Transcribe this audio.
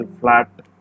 flat